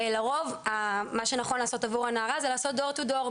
לרוב מה שנכון לעשות עבור הנערה זה לעשות Door to door,